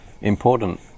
important